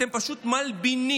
אתם פשוט מלבינים,